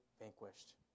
vanquished